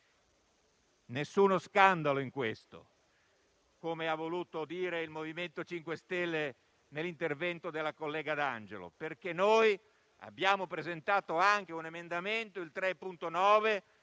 Nessuno scandalo in questo, come ha voluto sostenere il MoVimento 5 Stelle con l'intervento della collega D'Angelo. Abbiamo presentato anche l'emendamento 3.9,